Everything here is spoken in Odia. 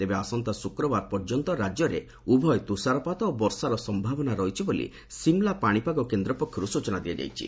ତେବେ ଆସନ୍ତା ଶୁକ୍ରବାର ପର୍ଯ୍ୟନ୍ତ ରାଜ୍ୟରେ ଉଭୟ ତୁଷାରପାତ ଓ ବର୍ଷାର ସମ୍ଭାବନା ରହିଛି ବୋଲି ସିମ୍ଲା ପାଣିପାଗ କେନ୍ଦ୍ର ପକ୍ଷରୁ ସୂଚନା ଦିଆଯାଇଛି